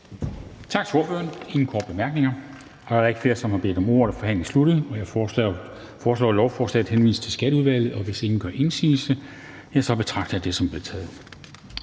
Der er ingen korte bemærkninger. Da der ikke er flere, som har bedt om ordet, er forhandlingen sluttet. Jeg foreslår, at lovforslaget henvises til Skatteudvalget, og hvis ingen gør indsigelse, betragter jeg det som vedtaget.